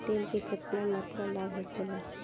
तेल के केतना मात्रा लाभ होखेला?